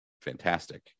fantastic